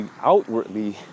outwardly